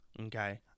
Okay